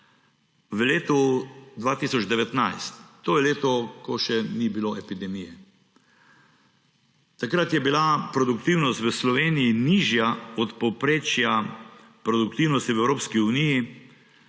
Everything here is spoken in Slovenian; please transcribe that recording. V letu 2019, to je leto, ko še ni bilo epidemije, takrat je bila produktivnost v Sloveniji nižja od povprečja produktivnosti v Evropski uniji,